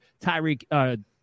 Tyreek